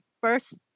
first